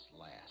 last